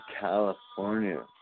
California